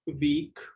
week